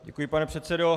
Děkuji, pane předsedo.